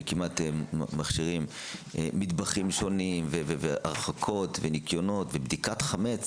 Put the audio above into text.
שכמעט מכשירים מטבחים שונים והרחקות וניקיונות ובדיקת חמץ